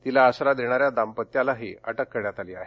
तिला आसरा देणाऱ्या दांपत्यालाही अटक करण्यात आली आहे